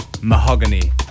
Mahogany